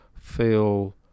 feel